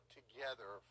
together